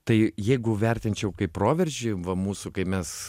tai jeigu vertinčiau kaip proveržį va mūsų kai mes